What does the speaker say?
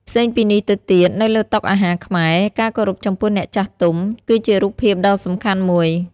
ផ្សេងពីនេះទៅទៀត នៅលើតុអាហារខ្មែរ ការគោរពចំពោះអ្នកចាស់ទុំ គឺជារូបភាពដ៏សំខាន់មួយ។